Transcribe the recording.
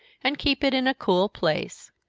and keep it in a cool place.